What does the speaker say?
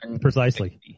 precisely